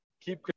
keep